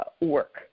work